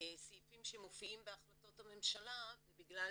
לסעיפים שמופיעים בהחלטות הממשלה ובגלל